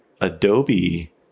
Adobe